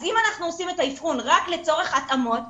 אז אם אנחנו עושים את האבחון רק לצורך התאמות,